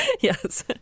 yes